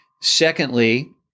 Secondly